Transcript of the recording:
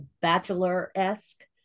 bachelor-esque